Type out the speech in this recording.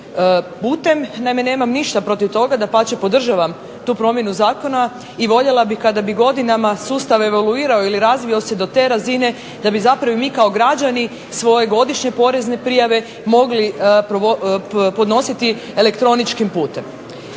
putem. Naime, nemam ništa protiv toga, dapače podržavam tu promjenu zakona i voljela bih kada bi godinama sustav evoluirao ili razvio se do te razine da bi mi kao građani svoje godišnje porezne prijave mogli podnositi elektroničkim putem.